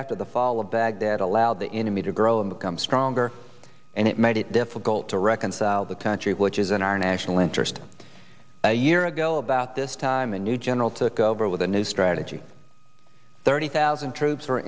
after the fall of baghdad allowed the enemy to grow and become stronger and it made it difficult to reconcile the country which is in our national interest a year ago about this time a new general took over with a new strategy thirty thousand troops are